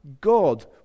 God